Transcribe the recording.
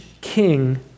king